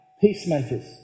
peacemakers